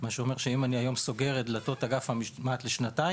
מה שאומר שאם אני היום סוגר דלתות של אגף המשמעת לשנתיים